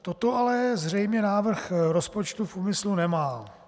Toto ale zřejmě návrh rozpočtu v úmyslu nemá.